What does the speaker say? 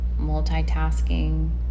multitasking